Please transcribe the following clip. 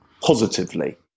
positively